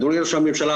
אדוני ראש הממשלה,